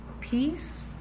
peace